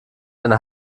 eine